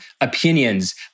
opinions